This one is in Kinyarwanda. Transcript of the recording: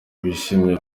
bishimye